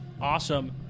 awesome